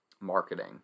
marketing